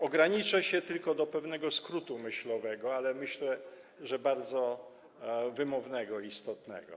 Ograniczę się tylko do pewnego skrótu myślowego, ale myślę, że bardzo wymownego i istotnego.